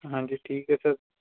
ਹਾਂਜੀ ਠੀਕ ਹੈ ਸਰ